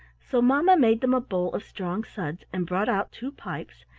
so mamma made them a bowl of strong suds, and brought out two pipes,